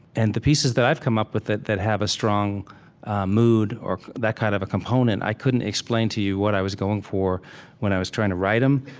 and the pieces that i've come up with that have a strong mood or that kind of a component, i couldn't explain to you what i was going for when i was trying to write them.